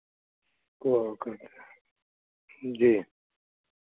को करते हैं जी